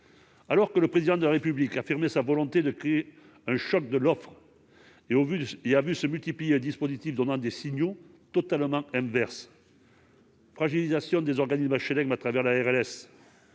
Alors que le Président de la République affirmait sa volonté de créer un choc de l'offre, on a vu se multiplier les dispositifs donnant des signaux totalement inverses : fragilisation des organismes HLM au travers de la